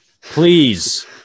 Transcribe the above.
please